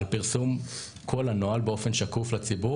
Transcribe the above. על פרסום כל הנוהל באופן שקוף לציבור,